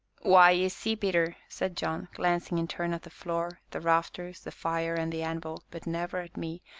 why, ye see, peter, said john, glancing in turn at the floor, the rafters, the fire, and the anvil, but never at me,